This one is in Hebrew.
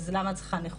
אז למה את צריכה נכות',